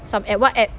some app what app